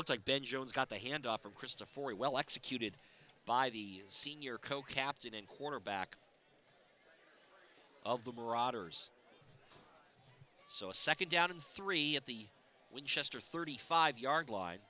look like ben jones got the handoff from krista for a well executed by the senior co captain in quarterback of the marauders so a second down and three at the winchester thirty five yard line